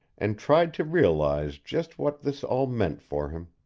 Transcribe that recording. and tried to realize just what this all meant for him.